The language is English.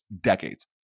decades